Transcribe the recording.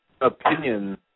opinion